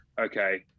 okay